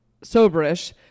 Soberish